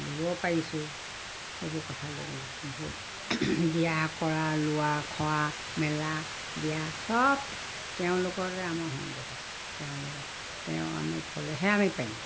দিব পাৰিছোঁ সেইবোৰ কথাটো লৈ কিনে বহুত দিয়া কৰা লোৱা খোৱা মেলা দিয়া চব তেওঁলোকৰে আমাৰ সংযোগ আছে তেওঁ লগত তেওঁ আমি থ'লেহে আমি পাৰিম